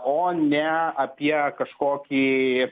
o ne apie kažkokį